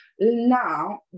Now